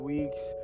Weeks